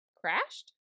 crashed